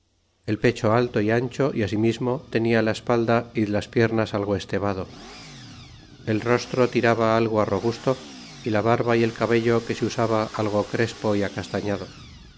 el pecho alto y ancho y asimismo tenia la espalda y de las piernas algo estevado el rostro tiraba algo á robusto y la barba y el cabello que se usaba algo crespo y acastañado